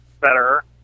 better